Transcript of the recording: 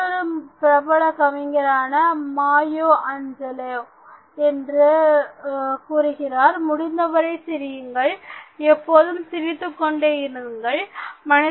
மற்றொரு பிரபல கவிஞரான மாயோ ஆஞ்சலோ கூறுகிறார் "முடிந்தவரை சிரியுங்கள் எப்பொழுதும்சிரித்துக் கொண்டே இருங்கள்"